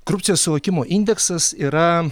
korupcijos suvokimo indeksas yra